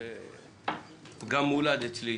זה גם מולד אצלי,